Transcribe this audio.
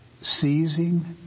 seizing